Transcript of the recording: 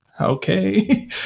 okay